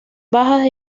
bajas